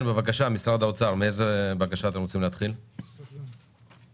אנחנו עוברים להעברות התקציביות.